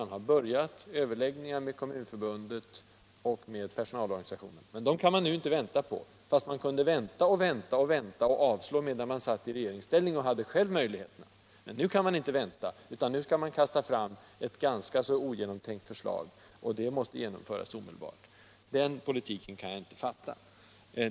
Man har börjat överläggningar med Kommunförbundet och med personalorganisationerna, men dem kan man nu inte vänta på, fast man tidigare kunde vänta och vänta och avslå medan man satt i regeringsställning och själv hade möjligheterna. Men nu kan man inte vänta, utan nu vill man kasta fram ett ganska ogenomtänkt förslag, och det måste genomföras omedelbart. Den politiken kan jag inte fatta.